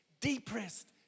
depressed